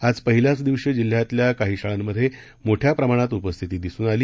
आजपहिल्याचदिवशीजिल्ह्यातल्याकाहीशाळांमध्येमोठ्याप्रमाणातउपस्थितीदिसूनआ ली